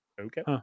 Okay